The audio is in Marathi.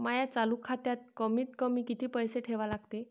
माया चालू खात्यात कमीत कमी किती पैसे ठेवा लागते?